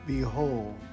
Behold